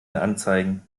anzeigen